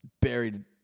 buried